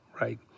right